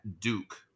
Duke